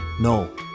no